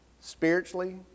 spiritually